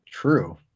True